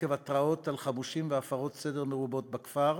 עקב התרעות על חמושים והפרות סדר מרובות בכפר.